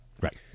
Right